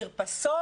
מרפסות.